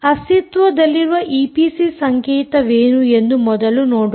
ಅಸ್ತಿತ್ವದಲ್ಲಿರುವ ಈಪಿಸಿ ಸಂಕೇತವೇನು ಎಂದು ಮೊದಲು ನೋಡೋಣ